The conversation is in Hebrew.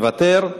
מוותר,